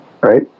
right